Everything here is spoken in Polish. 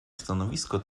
stanowisko